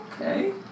Okay